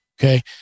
Okay